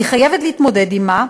שהיא חייבת להתמודד עמה,